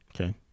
Okay